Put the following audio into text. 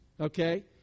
Okay